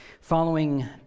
Following